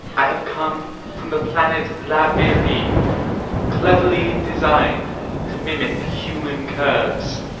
i have come from the planet lab very cleverly designed to mimic human curves.